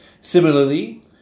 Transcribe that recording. Similarly